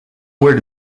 where